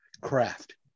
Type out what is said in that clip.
craft